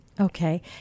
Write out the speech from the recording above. Okay